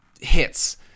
hits